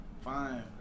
Fine